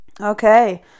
okay